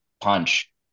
punch